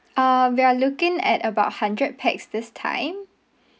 uh we are looking at about hundred pax this time